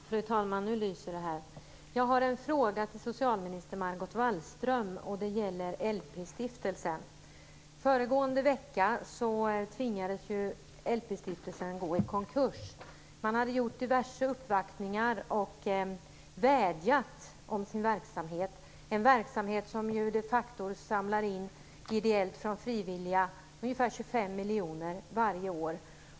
Fru talman! Jag har en fråga till socialminister Margot Wallström. Det gäller LP-stiftelsen. Föregående vecka tvingades LP-stiftelsen gå i konkurs. Man hade gjort diverse uppvaktningar och vädjat för sin verksamhet, en verksamhet som - ideellt och från frivilliga - de facto samlar in ungefär 25 miljoner varje år.